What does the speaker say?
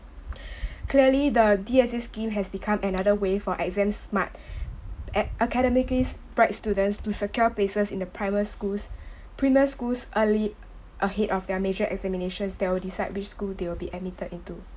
clearly the D_S_A scheme has become another way for exam smart ac~ academically bright students to secure places in the private schools premier schools early ahead of their major examinations they will decide which school they will be admitted into